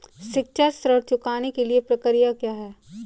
शिक्षा ऋण चुकाने की प्रक्रिया क्या है?